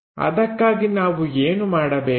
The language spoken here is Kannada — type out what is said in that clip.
ಅದಕ್ಕಾಗಿ ನಾವು ಏನು ಮಾಡಬೇಕು